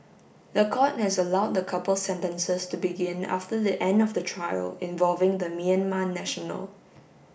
the court has allowed the couple's sentences to begin after the end of the trial involving the Myanmar national